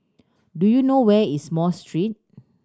do you know where is Street